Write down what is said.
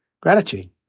gratitude